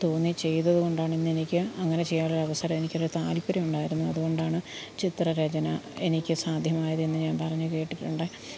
തോന്നി ചെയ്തത് കൊണ്ടാണിന്നെനിക്ക് അങ്ങനെ ചെയ്യാനൊരവസരം എനിക്കൊരു താല്പ്പര്യമുണ്ടായിരുന്നു അതുകൊണ്ടാണ് ചിത്രരചന എനിക്ക് സാധ്യമായതെന്ന് ഞാന് പറഞ്ഞ് കേട്ടിട്ടുണ്ട്